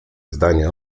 zdanie